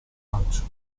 calcio